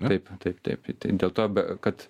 taip taip taip dėl to kad